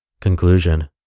Conclusion